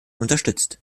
unterstützt